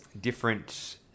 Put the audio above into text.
different